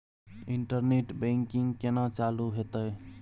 Internet banking केना चालू हेते?